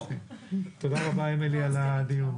תודה רבה, אמילי, על הדיון.